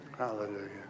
hallelujah